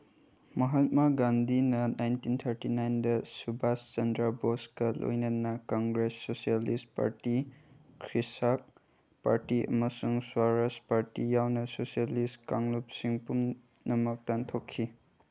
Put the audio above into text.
ꯃꯍꯥꯠꯃꯥ ꯒꯥꯟꯙꯤꯅ nineteen thirty ꯅꯥꯏꯟꯗ ꯁꯨꯚꯥꯁ ꯆꯟꯗ꯭ꯔ ꯕꯣꯁꯀ ꯂꯣꯏꯅꯅ Congress socialist party Krishak party ꯑꯃꯁꯨꯡ ꯁ꯭ꯋꯥꯔꯥꯖ ꯄꯥꯔꯇꯤ ꯌꯥꯎꯅ ꯁꯣꯁꯦꯂꯤꯁ ꯀꯥꯡꯂꯨꯞꯁꯤꯡ ꯄꯨꯝꯅꯃꯛ ꯇꯥꯟꯊꯣꯛꯈꯤ